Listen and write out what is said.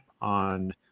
on